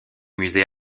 musée